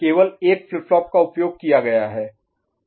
केवल एक flip flop का उपयोग किया गया है